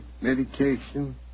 medication